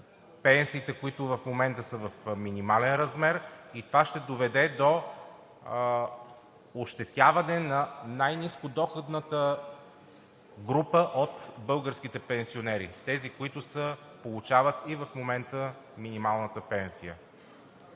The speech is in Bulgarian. пенсиите, които в момента са в минимален размер, и това ще доведе до ощетяване на най-ниско доходната група от българските пенсионери – тези, които получават и в момента минималната пенсия.